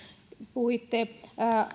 puhuitte